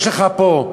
יש לך פה,